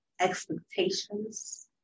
expectations